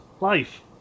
Life